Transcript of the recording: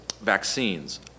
vaccines